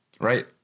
Right